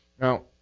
Now